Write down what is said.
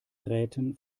gräten